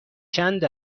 چند